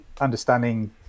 understanding